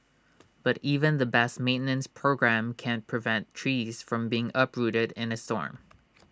but even the best maintenance programme can't prevent trees from being uprooted in A storm